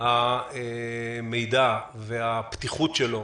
המידע והפתיחות שלו,